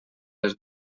les